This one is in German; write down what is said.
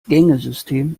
gängesystem